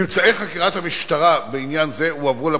"ממצאי חקירת המשטרה בעניין זה הועברו לפרקליטות,